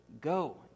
go